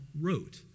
wrote